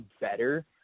better